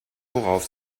worauf